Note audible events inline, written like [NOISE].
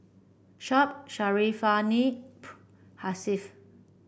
Shuib Syarafina [UNINTELLIGIBLE] Hasif